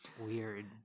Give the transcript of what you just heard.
Weird